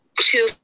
two